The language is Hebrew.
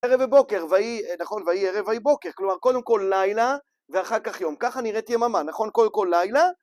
ערב ובוקר, ויהי, נכון, ויהי ערב ויהי בוקר, כלומר קודם כל לילה ואחר כך יום, ככה נראית יממה, נכון, קודם כל לילה.